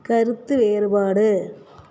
கருத்து வேறுபாடு